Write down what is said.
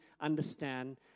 understand